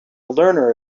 learner